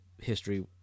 history